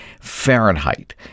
Fahrenheit